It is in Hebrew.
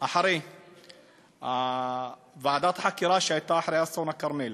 אחרי ועדת החקירה שהייתה אחרי אסון הכרמל,